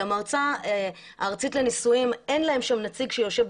למועצה הארצית לניסויים אין נציג שם,